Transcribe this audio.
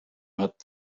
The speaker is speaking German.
hat